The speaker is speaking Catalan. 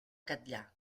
catllar